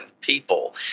people